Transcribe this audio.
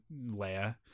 Leia